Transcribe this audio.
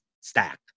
stack